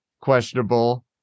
questionable